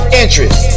interest